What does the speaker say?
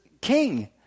King